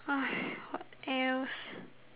what else